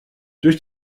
durch